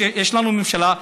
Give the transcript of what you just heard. יש לנו ממשלה,